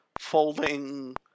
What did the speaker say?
folding